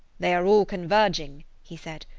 they are all converging, he said.